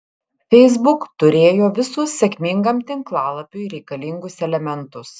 facebook turėjo visus sėkmingam tinklalapiui reikalingus elementus